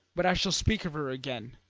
but i shall speak of her again.